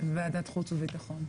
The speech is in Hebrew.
מוועדת חוץ וביטחון,